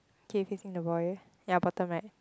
k can see the boy ya bottom right